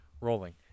Rolling